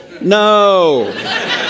No